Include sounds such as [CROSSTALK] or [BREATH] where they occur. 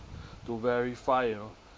[BREATH] to verify you know